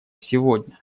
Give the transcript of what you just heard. сегодня